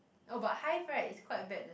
oh but hive right it's quite bad to